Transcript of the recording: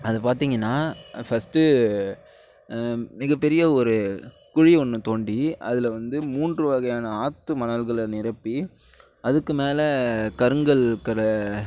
அதை பார்த்திங்கன்னா ஃபர்ஸ்ட்டு மிகப் பெரிய ஒரு குழி ஒன்று தோண்டி அதில் வந்து மூன்று வகையான ஆற்று மணல்களை நிரப்பி அதுக்கு மேலே கருங்கல்களை